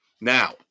Now